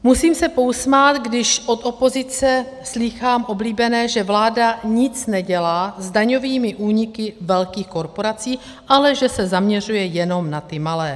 Musím se pousmát, když od opozice slýchám oblíbené, že vláda nic nedělá s daňovými úniky velkých korporací, ale že se zaměřuje jenom na ty malé.